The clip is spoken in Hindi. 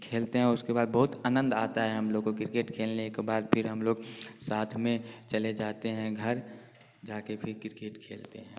खेलते हैं उसके बाद बहुत आनंद आता है हम लोग को क्रिकेट को खेलने के बाद फिर हम लोग साथ में चले जाते हैं घर जा के फिर क्रिकेट खेलते हैं